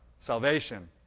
Salvation